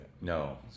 No